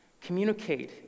Communicate